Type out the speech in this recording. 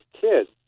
kids